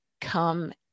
Come